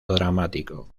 dramático